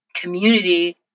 community